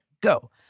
go